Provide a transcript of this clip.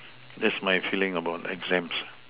that's my feeling about exams